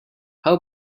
how